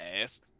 ass